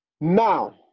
Now